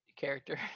character